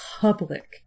public